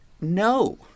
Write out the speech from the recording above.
no